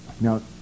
Now